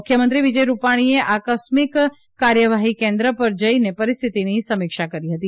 મુખ્યમંત્રી વિજય રૂપાણીએ આકસ્મિક કાર્યવાહી કેન્દ્ર પર જઈને પરિસ્થિતિની સમીક્ષા કરી હતી